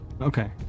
Okay